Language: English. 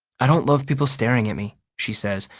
i don't love people staring at me, she says,